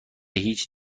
هیچ